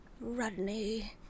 Rodney